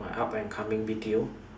my up and coming B_T_O